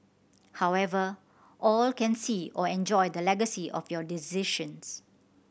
however all can see or enjoy the legacy of your decisions